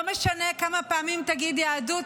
לא משנה כמה פעמים תגיד "יהדות,